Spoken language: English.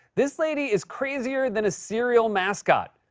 this lady is crazier than a cereal mascot.